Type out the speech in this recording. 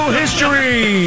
history